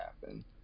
happen